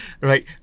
right